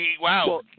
Wow